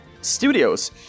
Studios